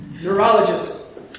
Neurologists